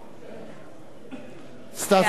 בעד אורי מקלב,